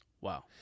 Wow